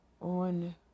On